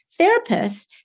therapists